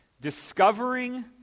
Discovering